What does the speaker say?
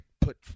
put –